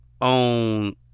on